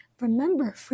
remember